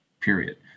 period